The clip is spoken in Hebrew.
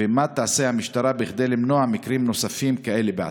3. מה תעשה המשטרה כדי למנוע מקרים נוספים כאלה בעתיד?